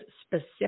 specific